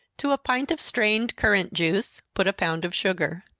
to a pint of strained currant juice, put a pound of sugar.